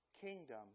kingdom